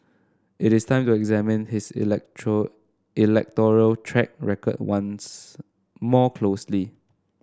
it is time to examine his electoral track record once more closely